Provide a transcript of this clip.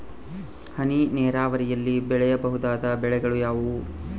ಹನಿ ನೇರಾವರಿಯಲ್ಲಿ ಬೆಳೆಯಬಹುದಾದ ಬೆಳೆಗಳು ಯಾವುವು?